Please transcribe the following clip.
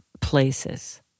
places